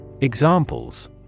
Examples